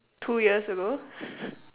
two years ago